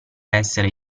essere